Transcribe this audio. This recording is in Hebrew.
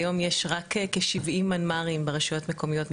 יש כמובן תמיכה טכנית באותו מוקד שירות ששירה ציינה קודם,